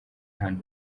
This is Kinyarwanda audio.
hano